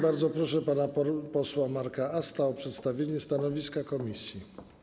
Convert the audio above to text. Bardzo proszę pana posła Marka Asta o przedstawienie stanowiska komisji.